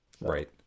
Right